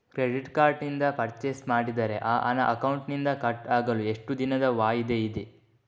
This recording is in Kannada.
ಕ್ರೆಡಿಟ್ ಕಾರ್ಡ್ ನಿಂದ ಪರ್ಚೈಸ್ ಮಾಡಿದರೆ ಆ ಹಣ ಅಕೌಂಟಿನಿಂದ ಕಟ್ ಆಗಲು ಎಷ್ಟು ದಿನದ ವಾಯಿದೆ ಇದೆ?